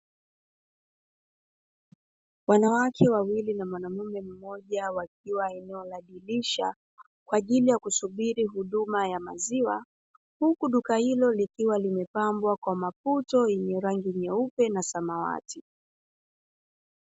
Wanawake wawili na mwanaume mmoja wakiwa eneo la dirisha kwa ajili ya kusubiri huduma ya maziwa, huku duka hilo likiwa limepambwa kwa maputo yenye rangi nyeupe na samawati.